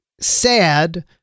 sad